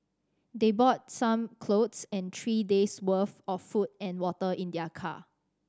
they brought some clothes and three days worth of food and water in their car